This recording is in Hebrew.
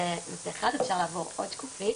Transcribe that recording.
זו שקופית